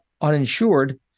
uninsured